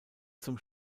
zum